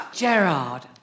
Gerard